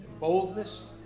boldness